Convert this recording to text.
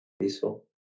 peaceful